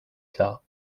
klar